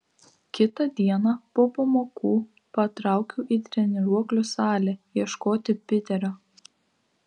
kitą dieną po pamokų patraukiau į treniruoklių salę ieškoti piterio